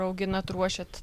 rauginat ruošiat